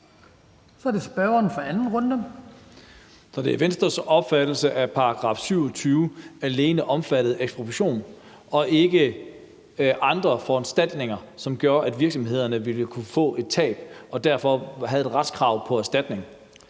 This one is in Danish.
Så er det Venstres opfattelse, at § 27 alene omfattede ekspropriation og ikke andre foranstaltninger, som gjorde, at virksomhederne ville kunne få et tab, og at de derfor havde et retskrav på erstatning?